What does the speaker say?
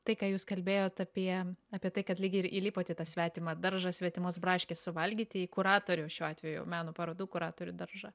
tai ką jūs kalbėjot apie apie tai kad lyg ir įlipot į tą svetimą daržą svetimos braškės suvalgyti į kuratorių šiuo atveju meno parodų kuratorių daržą